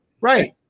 Right